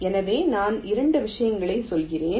எனவே நான் 2 விஷயங்களைச் சொல்கிறேன்